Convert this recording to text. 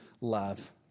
love